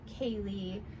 Kaylee